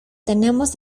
tenemos